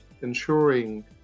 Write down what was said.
ensuring